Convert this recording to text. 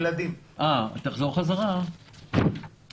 כחצי מיליון עד מיליון צעירים מגיל לידה